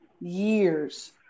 years